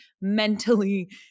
mentally